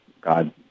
God